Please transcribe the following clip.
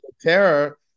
terror